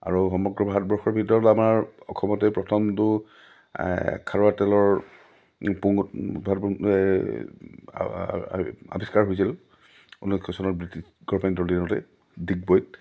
আৰু সমগ্ৰ ভাৰতবৰ্ষৰ ভিতৰত আমাৰ অসমতেই প্ৰথমটো খাৰুৱা তেলৰ পুং আৱিষ্কাৰ হৈছিল ঊনৈছশ চনৰ ব্ৰিটিছ গভমেণ্টৰ দিনতে ডিগবৈত